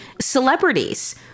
celebrities